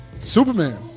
Superman